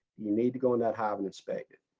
you need to go in that hive and inspect it.